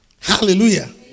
Hallelujah